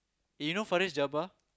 eh you know Faris-Jabbar